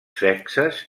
sexes